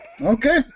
Okay